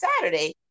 Saturday